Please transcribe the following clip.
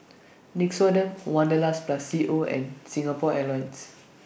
Nixoderm Wanderlust Plus C O and Singapore Airlines